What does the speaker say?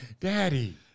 Daddy